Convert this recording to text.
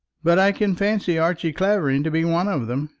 but i can fancy archie clavering to be one of them.